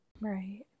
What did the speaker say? Right